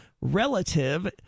relative